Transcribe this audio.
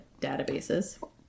databases